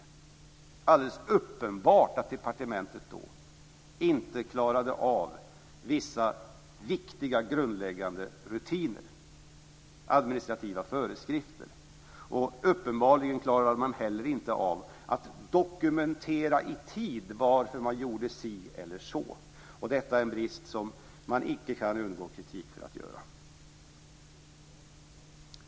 Det är alldeles uppenbart att departementet då inte klarade av vissa viktiga grundläggande rutiner, administrativa föreskrifter. Uppenbarligen klarade man heller inte av att dokumentera i tid varför man gjorde si eller så, och detta är en brist som man icke kan undgå kritik för.